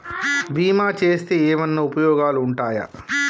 బీమా చేస్తే ఏమన్నా ఉపయోగాలు ఉంటయా?